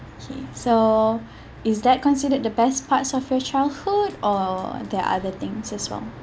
okay so is that considered the best parts of your childhood or there are other things as well